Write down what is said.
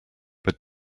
but